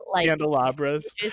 candelabras